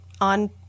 on